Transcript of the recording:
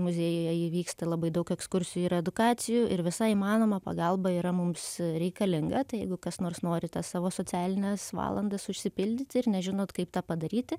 muziejuje įvyksta labai daug ekskursijų ir edukacijų ir visai įmanoma pagalba yra mums reikalinga tai jeigu kas nors norite savo socialines valandas užsipildyti ir nežinot kaip tą padaryti